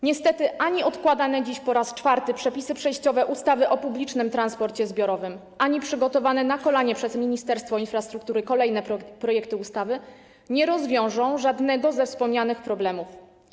Niestety ani odkładane dziś po raz czwarty przepisy przejściowe ustawy o publicznym transporcie zbiorowym, ani przygotowane na kolanie przez Ministerstwo Infrastruktury kolejne projekty ustawy nie rozwiążą żadnego ze wspomnianych problemów.